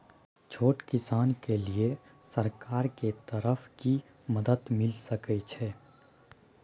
छोट किसान के लिए सरकार के तरफ कि मदद मिल सके छै?